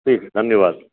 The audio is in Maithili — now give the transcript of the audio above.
ठीक धन्यवाद